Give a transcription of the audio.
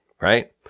right